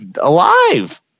alive